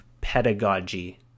pedagogy